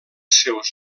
seus